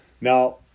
Now